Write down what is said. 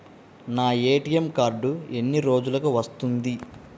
నా ATM card ఎన్ని రోజులకు వస్తుంది?